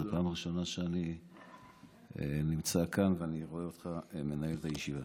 זו פעם ראשונה שאני נמצא כאן ואני רואה אותך מנהל את הישיבה.